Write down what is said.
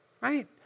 right